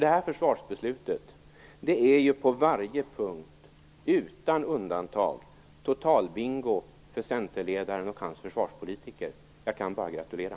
Detta försvarsbeslut är på varje punkt utan undantag totalbingo för centerledaren och hans försvarspolitiker. Jag kan bara gratulera!